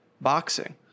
boxing